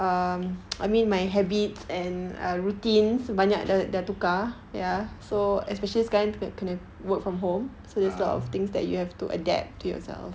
(uh huh)